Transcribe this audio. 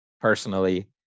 personally